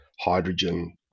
hydrogen